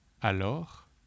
Alors